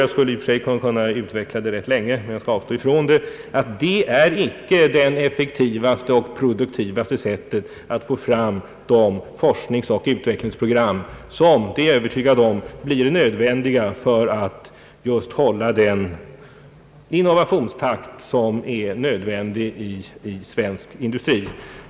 Jag skulle i och för sig kunna utveckla argumenten för denna ståndpunkt rätt länge, men jag skall avstå ifrån det Generella skattelättnader är inte det mest effektiva och mest produktiva sättet att få fram de forskningsoch utvecklingsprogram som — det är jag övertygad om — blir nödvändiga för att hålla den innovationstakt som är nödvändig i svensk industri.